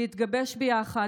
להתגבש ביחד,